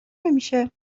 نمیشه